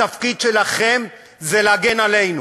התפקיד שלכם זה להגן עלינו